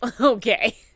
Okay